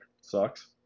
Sucks